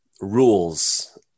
rules